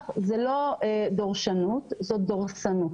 דורשנות, זאת דורסנות,